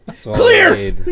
Clear